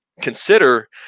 consider